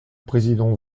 président